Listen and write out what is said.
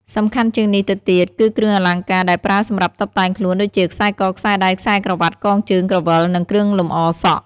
សំខាន់ជាងនេះទៅទៀត គឺគ្រឿងអលង្ការដែលប្រើសម្រាប់តុបតែងខ្លួន ដូចជា ខ្សែក ខ្សែដៃ ខ្សែក្រវាត់ កងជើង ក្រវិល និងគ្រឿងលម្អសក់។